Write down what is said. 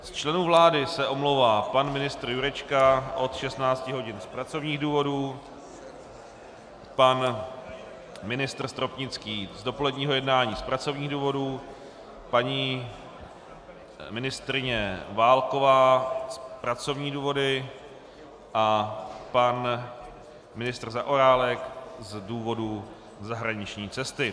Z členů vlády se omlouvá pan ministr Jurečka od 16 hodin z pracovních důvodů, pan ministr Stropnický z dopoledního jednání z pracovních důvodů, paní ministryně Válková pracovní důvody a pan ministr Zaorálek z důvodu zahraniční cesty.